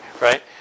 right